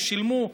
שילמו,